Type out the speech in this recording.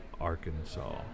Arkansas